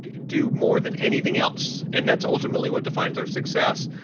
do more than anything else and that's ultimately what defines our success.